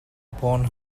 upon